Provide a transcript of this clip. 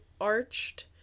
arched